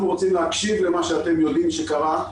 רוצים להקשיב למה שאתם יודעים שקרה,